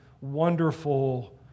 wonderful